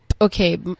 okay